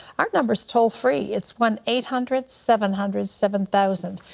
our number is toll free. it's one eight hundred seven hundred seven thousand.